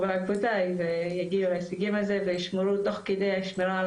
בעקבותיי ויגיעו להישגים תוך כדי שמירה על